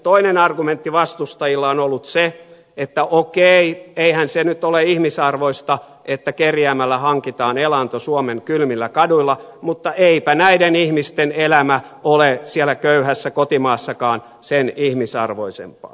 toinen argumentti vastustajilla on ollut se että okei eihän se nyt ole ihmisarvoista että kerjäämällä hankitaan elanto suomen kylmillä kaduilla mutta eipä näiden ihmisten elämä ole siellä köyhässä kotimaassakaan sen ihmisarvoisempaa